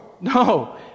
No